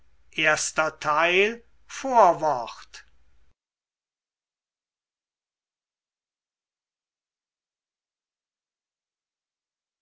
erster teil als vorwort